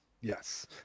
Yes